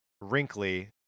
Wrinkly